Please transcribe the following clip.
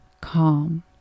calm